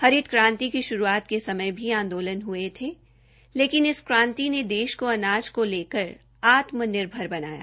हरित क्रांति की शुरूआत के समय भी आंदोलन होते थे लेकिन इस क्रांति ने देश को अनाज को लेकर आत्मनिर्भर बनाया